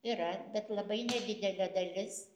yra bet labai nedidelė dalis